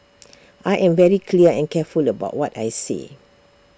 I am very clear and careful about what I say